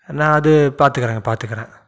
நான் அது பார்த்துக்கறேங்க பார்த்துக்கறேன்